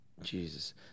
Jesus